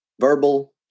Verbal